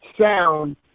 sound